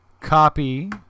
copy